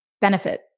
benefit